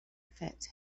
affect